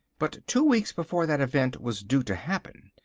but two weeks before that event was due to happen,